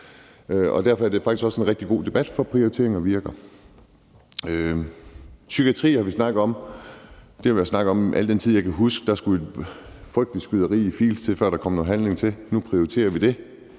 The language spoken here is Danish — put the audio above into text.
Derfor er det faktisk også en rigtig god debat, for prioriteringer virker. Psykiatri har vi snakket om. Det har der været snakket om, al den tid jeg kan huske. Der skulle et frygteligt skyderi i Field's til, før der kom noget handling til. Nu prioriterer vi det.